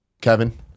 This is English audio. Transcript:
kevin